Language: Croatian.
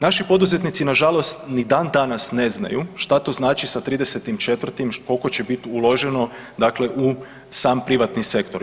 Naši poduzetnici nažalost ni dan danas ne znaju šta to znači sa 30.4. koliko će biti uloženo dakle u sam privatni sektor.